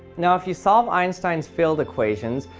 now if you solve einstein's field equations,